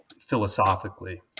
philosophically